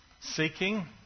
seeking